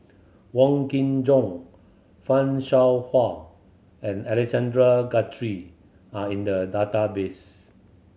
Wong Kin Jong Fan Shao Hua and Alexander Guthrie are in the database